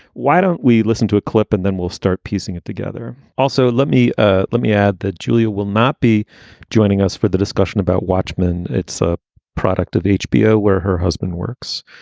why don't we listen to a clip and then we'll start piecing it together. also, let me ah let me add that julia will not be joining us for the discussion about watchmen. it's a product of hbo where her husband works,